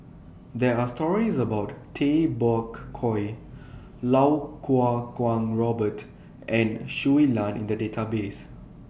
There Are stories about Tay Bak Koi Lau Kuo Kwong Robert and Shui Lan in The Database